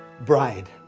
bride